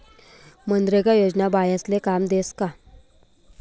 मनरेगा योजना बायास्ले काम देस का?